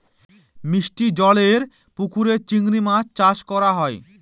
মিষ্টি জলেরর পুকুরে চিংড়ি মাছ চাষ করা হয়